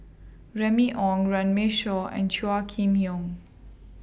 Remy Ong Runme Shaw and Chua Kim Yeow